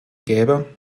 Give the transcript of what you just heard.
gäbe